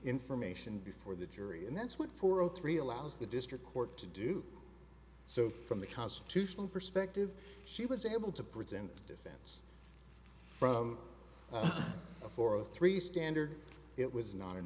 information before the jury and that's what for zero three allows the district court to do so from the constitutional perspective she was able to present the defense from a four zero three standard it was not